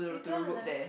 you turn left